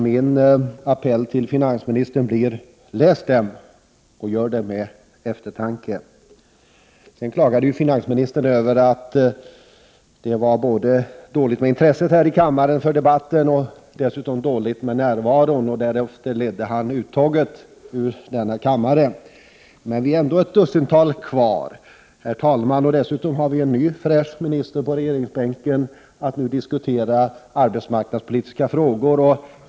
Min appell till finansministern blir: Läs det här, och gör det med eftertanke! Finansministern klagade både över det dåliga intresset här i kammaren för debatten och över närvaron. Därefter ledde han uttåget ur denna kammare! Men vi är, herr talman, ändå ett dussintal som är kvar här. Dessutom har vi en ny fräsch minister på regeringsbänken som vi kan diskutera arbetsmarknadspolitiska frågor med.